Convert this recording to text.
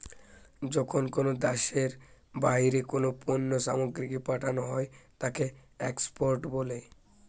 যখন কোনো দ্যাশের বাহিরে কোনো পণ্য সামগ্রীকে পাঠানো হই তাকে এক্সপোর্ট বলে